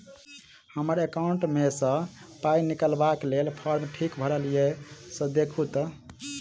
हम्मर एकाउंट मे सऽ पाई निकालबाक लेल फार्म ठीक भरल येई सँ देखू तऽ?